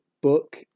book